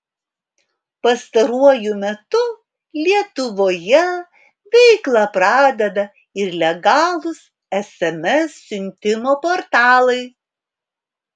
pastaruoju metu lietuvoje veiklą pradeda ir legalūs sms siuntimo portalai